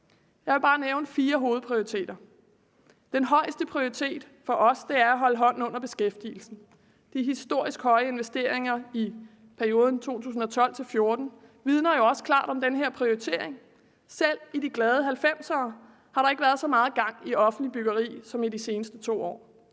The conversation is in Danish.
Jeg vil bare nævne fire hovedprioriteter: Den højeste prioritet for os er at holde hånden under beskæftigelsen. De historisk høje investeringer i perioden 2012-2014 vidner jo også klart om den her prioritering. Selv i de glade 1990'ere har der ikke været så meget gang i offentligt byggeri som i de seneste 2 år,